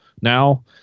now